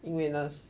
因为那